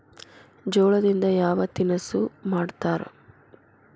ಜೋಳದಿಂದ ಯಾವ ತಿನಸು ಮಾಡತಾರ?